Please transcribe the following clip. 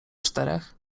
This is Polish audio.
czterech